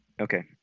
Okay